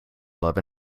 love